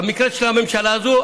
במקרה של הממשלה הזאת,